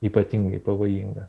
ypatingai pavojinga